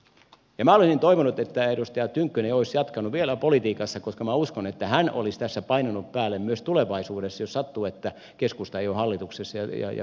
minä olisin toivonut että edustaja tynkkynen olisi jatkanut vielä politiikassa koska minä uskon että hän olisi tässä painanut päälle myös tulevaisuudessa jos sattuu että keskusta ei ole hallituksessa ja vihreät on